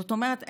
זאת אומרת,